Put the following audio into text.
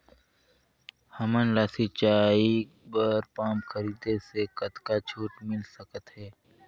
हमन ला सिंचाई बर पंप खरीदे से कतका छूट मिल सकत हे?